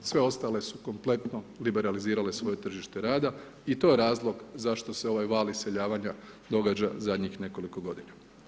Sve ostale su kompletno liberalizirale svoje tržište rada i to je razlog zašto se ovaj val iseljavanja događa zadnjih nekoliko godina.